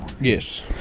Yes